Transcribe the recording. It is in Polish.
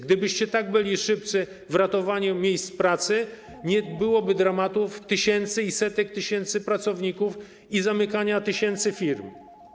Gdybyście byli tak szybcy w ratowaniu miejsc pracy, nie byłoby dramatów tysięcy, setek tysięcy pracowników i zamykania tysięcy firm.